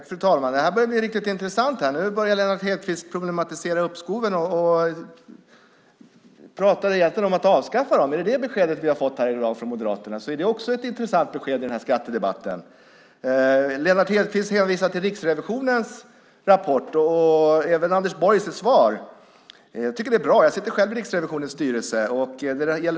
Fru talman! Det här börjar bli riktigt intressant. Lennart Hedquist problematiserar uppskoven och pratar om att avskaffa dem. Om det är beskedet från Moderaterna i dag är det också ett intressant besked i skattedebatten. Lennart Hedquist hänvisar till Riksrevisionens rapport. Det gör även Anders Borg i sitt svar. Det tycker jag är bra. Jag sitter själv i Riksrevisionens styrelse.